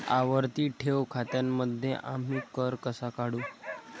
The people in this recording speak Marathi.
आवर्ती ठेव खात्यांमध्ये आम्ही कर कसा काढू?